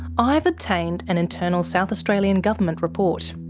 i've obtained an internal south australian government report.